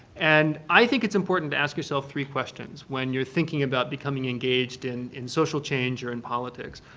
and i think it's important to ask yourself three questions when you're thinking about becoming engaged in in social change or in politics.